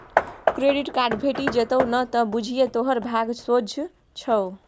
credit card भेटि जेतउ न त बुझिये तोहर भाग सोझ छौ